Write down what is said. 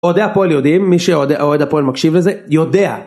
אוהדי הפועל יודעים מי שאוהד הפועל מקשיב לזה יודע.